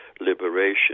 liberation